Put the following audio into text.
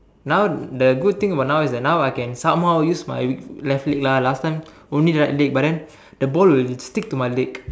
now the good thing about now is that now I can somehow use my left leg lah last time only right leg but then the ball will stick to my leg